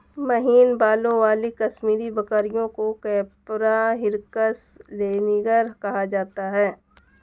महीन बालों वाली कश्मीरी बकरियों को कैपरा हिरकस लैनिगर कहा जाता है